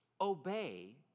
obey